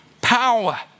power